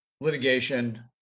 litigation